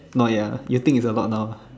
not yet ah you think it's a lot now